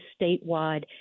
statewide